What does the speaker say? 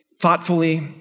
thoughtfully